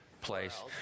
place